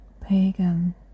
pagan